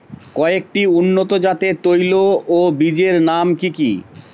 কয়েকটি উন্নত জাতের তৈল ও বীজের নাম কি কি?